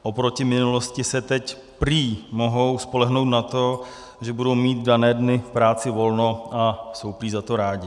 Oproti minulosti se teď prý mohou spolehnout na to, že budou mít v dané dny v práci volno, a jsou prý za to rádi.